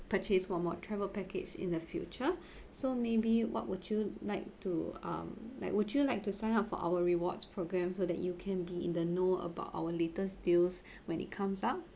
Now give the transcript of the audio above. purchase for more travel package in the future so maybe what would you like to um like would you like to sign up for our rewards program so that you can be in the know about our latest deals when it comes out